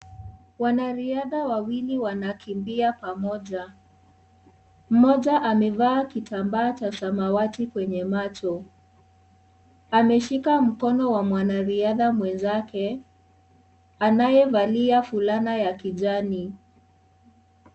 Wanariadha wawili wanakimbia pamoja. Mmoja amevaa kitambaa cha samawati kwenye macho. Ameshika mkono wa mwanariadha mwenzake anayevalia fulana ya kijani.